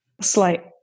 slight